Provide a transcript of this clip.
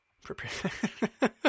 Prepare